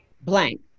blank